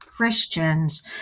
Christians